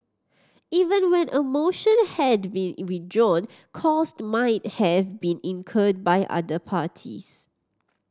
even when a motion had been withdrawn cost might have been incurred by other parties